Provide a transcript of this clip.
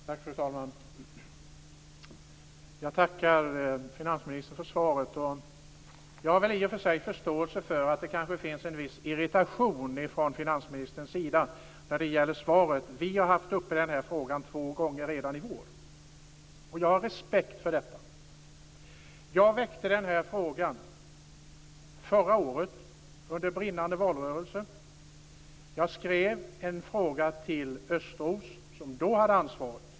Fru talman! Jag tackar finanministern för svaret. Jag har i och för sig förståelse för att det kanske finns en viss irritation från finansministerns sida när det gäller svaret. Vi har redan haft uppe den här frågan två gånger i vår. Jag har respekt för detta. Jag väckte den här frågan förra året under brinnande valrörelse. Jag skrev en fråga till Östros, som då hade ansvaret.